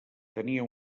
tenia